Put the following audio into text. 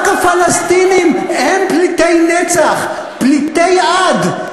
רק הפלסטינים הם פליטי נצח, פליטי עד.